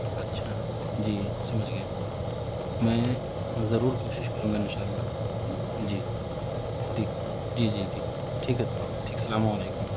اچھا جی سمجھ گیا میں ضرور کوشش کروں گا انشاء اللہ جی ٹھیک جی جی جی ٹھیک ہے تو ٹھیک السلام علیکم